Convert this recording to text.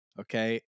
Okay